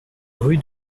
rue